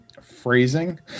phrasing